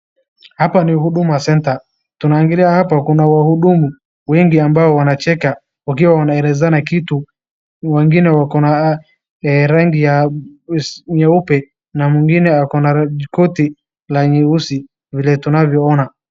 Hapa ni huduma center, tunaangalia hapa kuna wahudumu wengi ambao wanacheka wakiwa wanaelezana kitu, wengine wako na rangi ya nyeupe na wengine wako na koti nyeusi vile tunavyoona.